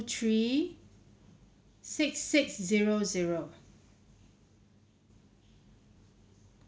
three six six zero zero